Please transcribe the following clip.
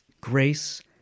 grace